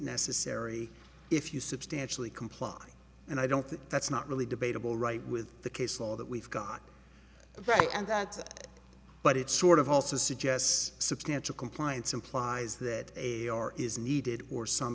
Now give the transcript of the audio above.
necessary if you substantially comply and i don't think that's not really debatable right with the case law that we've got right and that but it sort of also suggests substantial compliance implies that a is needed or some